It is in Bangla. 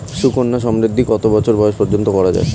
সুকন্যা সমৃদ্ধী কত বয়স পর্যন্ত করা যায়?